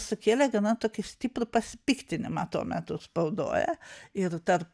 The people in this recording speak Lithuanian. sukėlė gana tokį stiprų pasipiktinimą to meto spaudoje ir tarp